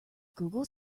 google